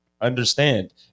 understand